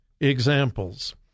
examples